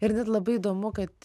ir net labai įdomu kad